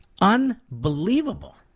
Unbelievable